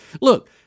Look